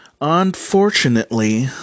Unfortunately